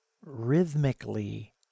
rhythmically